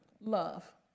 love